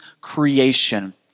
creation